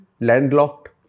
landlocked